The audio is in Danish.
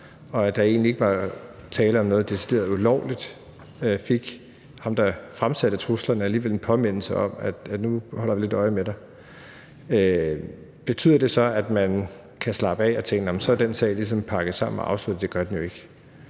af, at politiet i virkeligheden ringede vedkommende op, og ham, der fremsatte truslerne, fik så alligevel en påmindelse om, at nu holder vi lidt øje med dig. Betyder det så, at man kan slappe af og tænke, at så er den sag ligesom pakket sammen og afsluttet? Det gør det jo ikke.